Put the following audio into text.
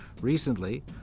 Recently